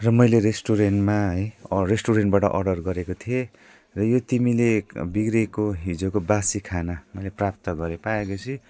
र मैले रेस्टुरेन्टमा है रेस्टुरेन्टबाट अर्डर गरेको थिएँ यो तिमीले बिग्रिएको हिजोको बासी खाना मैले प्राप्त गरेँ पाएपछि